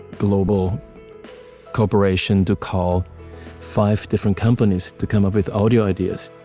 global corporation to call five different companies to come up with audio ideas